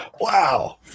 Wow